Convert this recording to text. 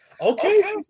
Okay